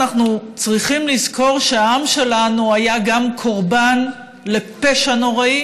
אנחנו צריכים לזכור שהעם שלנו היה גם קורבן לפשע נוראי